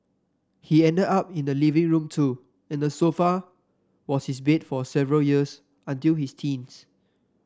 he ended up in the living room too and the sofa was his bed for several years until his teams